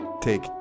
take